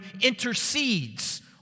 intercedes